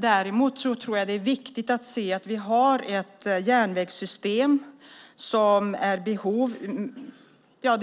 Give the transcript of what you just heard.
Däremot tror jag att det är viktigt att se att vi har